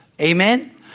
Amen